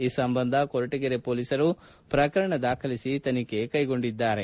ಈ ಸಂಬಂಧ ಕೊರಟಗೆರೆ ಮೊಲೀಸರು ಪ್ರಕರಣ ದಾಖಲಿಸಿ ತನಿಖೆ ಕೈಗೊಂಡಿದ್ದಾರೆ